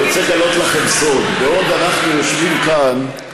אני צריך לגלות לכם סוד: בעוד אנחנו יושבים כאן,